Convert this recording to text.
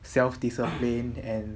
self discipline and